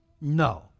No